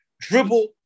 dribble